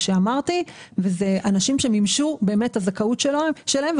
אלה אנשים שמימשו את הזכאות שלהם.